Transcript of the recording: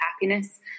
happiness